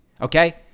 Okay